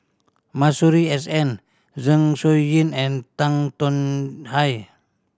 Masuri S N Zeng Shouyin and Tan Tong Hye